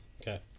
Okay